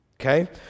okay